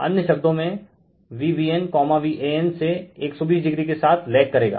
अन्य शब्दों में VbnVanसे 120o के साथ लेग करेगा